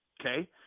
Okay